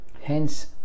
Hence